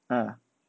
uh